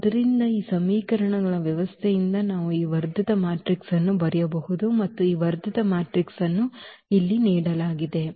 ಆದ್ದರಿಂದ ಈ ಸಮೀಕರಣಗಳ ವ್ಯವಸ್ಥೆಯಿಂದ ನಾವು ಈ ವರ್ಧಿತ ಮ್ಯಾಟ್ರಿಕ್ಸ್ ಅನ್ನು ಬರೆಯಬಹುದು ಮತ್ತು ಈ ವರ್ಧಿತ ಮ್ಯಾಟ್ರಿಕ್ಸ್ ಅನ್ನು ಇಲ್ಲಿ ನೀಡಲಾಗಿದೆ